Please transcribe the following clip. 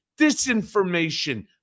disinformation